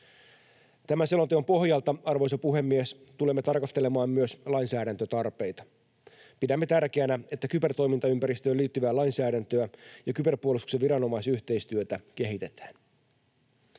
Tämän selonteon pohjalta, arvoisa puhemies, tulemme tarkastelemaan myös lainsäädäntötarpeita. Pidämme tärkeänä, että kybertoimintaympäristöön liittyvää lainsäädäntöä ja kyberpuolustuksen viranomaisyhteistyötä kehitetään.